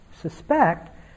suspect